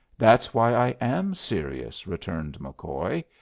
that's why i am serious, returned mccoy.